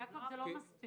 כי זה אף פעם לא מספיק.